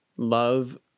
love